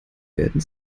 werden